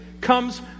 comes